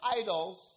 idols